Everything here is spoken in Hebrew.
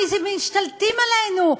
משתלטים עלינו,